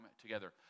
together